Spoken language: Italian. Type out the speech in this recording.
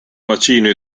bacino